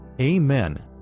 Amen